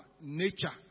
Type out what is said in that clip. nature